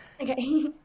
okay